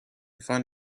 found